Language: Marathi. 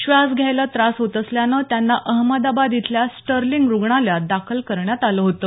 श्वास घ्यायला त्रास होत असल्यानं त्यांना अहमदाबाद इथल्या स्टर्लींग रुग्णालयात दाखल करण्यात आलं होतं